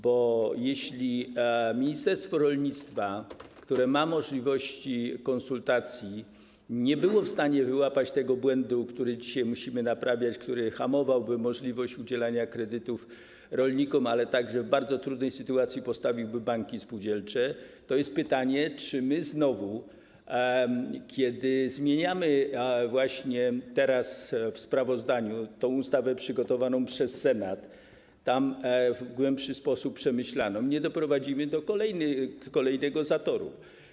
Bo jeśli ministerstwo rolnictwa, które ma możliwości konsultacji, nie było w stanie wyłapać tego błędu, który dzisiaj musimy naprawiać - który hamowałby możliwość udzielania kredytów rolnikom, ale także w bardzo trudnej sytuacji postawiłby banki spółdzielcze - to jest pytanie, czy my znowu, kiedy zmieniamy właśnie teraz w sprawozdaniu tę ustawę przygotowaną przez Senat, przemyślaną przez niego w głębszy sposób, nie doprowadzimy do kolejnego zatoru.